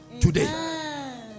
today